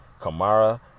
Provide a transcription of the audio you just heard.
Kamara